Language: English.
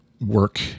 work